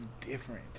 different